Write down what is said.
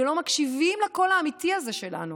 שלא מקשיבים לקול האמיתי הזה שלנו,